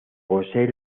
posee